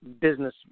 business